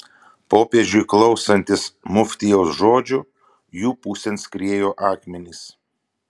popiežiui klausantis muftijaus žodžių jų pusėn skriejo akmenys